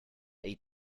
aid